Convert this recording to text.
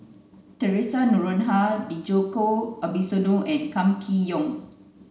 Theresa Noronha Djoko Wibisono and Kam Kee Yong